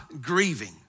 grieving